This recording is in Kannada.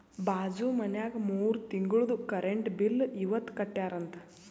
ಬಾಜು ಮನ್ಯಾಗ ಮೂರ ತಿಂಗುಳ್ದು ಕರೆಂಟ್ ಬಿಲ್ ಇವತ್ ಕಟ್ಯಾರ ಅಂತ್